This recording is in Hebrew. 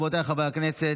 רבותיי חברי הכנסת,